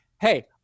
Hey